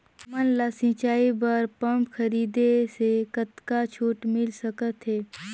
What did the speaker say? हमन ला सिंचाई बर पंप खरीदे से कतका छूट मिल सकत हे?